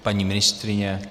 Paní ministryně?